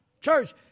Church